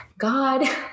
God